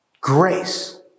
grace